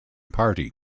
party